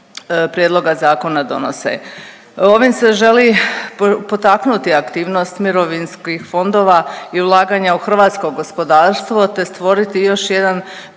prijedloga zakona donose. Ovim se želi potaknuti aktivnost mirovinskih fondova i ulaganja u hrvatsko gospodarstvo te stvoriti još jedan